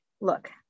look